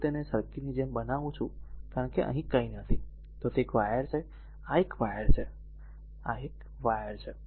જો હું તેને આ સર્કિટની જેમ બનાવું છું કારણ કે અહીં કંઈ નથી તો તે એક વાયર છે તે એક વાયર છે અને તે એક વાયર છે